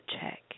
check